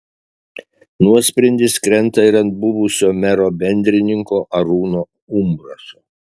nuosprendis krenta ir ant buvusio mero bendrininko arūno umbraso